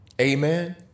Amen